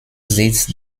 sitz